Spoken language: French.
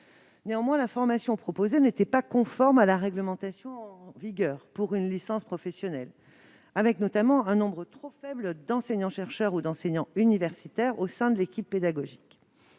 Néanmoins, la formation proposée n'était pas conforme à la réglementation applicable aux licences professionnelles, avec notamment un nombre trop faible d'enseignants-chercheurs ou d'enseignants universitaires au sein de l'équipe pédagogique.